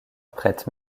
prête